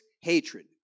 hatred